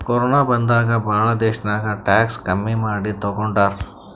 corona ಬಂದಾಗ್ ಭಾಳ ದೇಶ್ನಾಗ್ ಟ್ಯಾಕ್ಸ್ ಕಮ್ಮಿ ಮಾಡಿ ತಗೊಂಡಾರ್